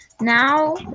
now